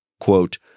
Quote